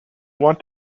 want